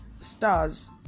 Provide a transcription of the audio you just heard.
stars